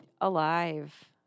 alive